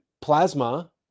plasma